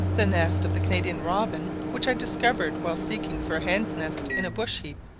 the nest of the canadian robin, which i discovered while seeking for a hen's nest in a bush-heap,